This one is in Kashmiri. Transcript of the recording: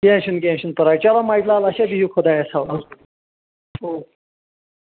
کینہہ چھُنہٕ کینہہ چھُنہٕ پرواے چلو مجہِ لال اچھا بِہو خۄدایس حوال اوکے